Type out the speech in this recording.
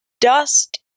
dust